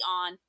on